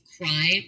crime